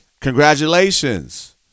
Congratulations